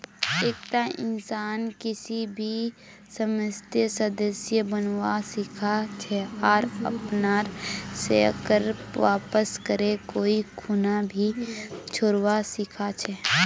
एकता इंसान किसी भी समयेत सदस्य बनवा सीखा छे आर अपनार शेयरक वापस करे कोई खूना भी छोरवा सीखा छै